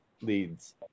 leads